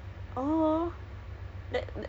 so ya